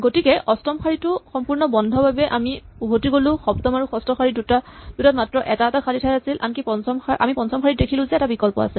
গতিকে অষ্টম শাৰীটো সম্পূৰ্ণ বন্ধ বাবে আমি উভতি গ'লো সপ্তম আৰু ষষ্ঠ শাৰী দুটাত মাত্ৰ এটা এটা ঠাই আছিল আমি পঞ্চম শাৰীত দেখিছো যে বিকল্প আছে